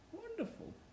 Wonderful